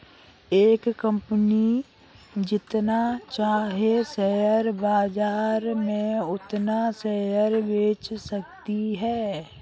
एक कंपनी जितना चाहे शेयर बाजार में उतना शेयर बेच सकती है